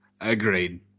agreed